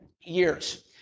years